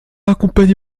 accompagné